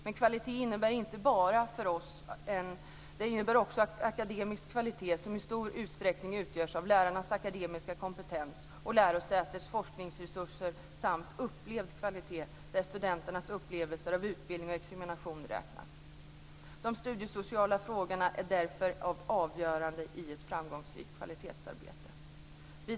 Men kvalitet innebär för oss också akademisk kvalitet, som i stor utsträckning utgörs av lärarnas akademiska kompetens och lärosätenas forskningsresurser samt upplevd kvalitet, där studenternas upplevelser av utbildningen och examinationen räknas. De studiesociala frågorna är därför en avgörande del i ett framgångsrikt kvalitetsarbete.